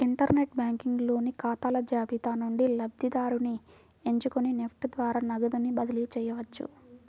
inter net banking లోని ఖాతాల జాబితా నుండి లబ్ధిదారుని ఎంచుకొని నెఫ్ట్ ద్వారా నగదుని బదిలీ చేయవచ్చు